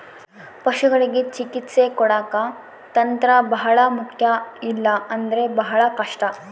ಪಶುಗಳಿಗೆ ಚಿಕಿತ್ಸೆ ಕೊಡಾಕ ತಂತ್ರ ಬಹಳ ಮುಖ್ಯ ಇಲ್ಲ ಅಂದ್ರೆ ಬಹಳ ಕಷ್ಟ